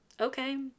okay